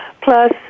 plus